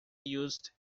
used